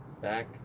back